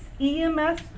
EMS